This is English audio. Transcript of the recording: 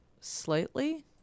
slightly